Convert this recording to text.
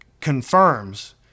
confirms